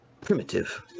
primitive